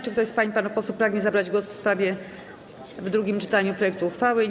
Czy ktoś z pań i panów posłów pragnie zabrać głos w drugim czytaniu projektu uchwały?